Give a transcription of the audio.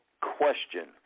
question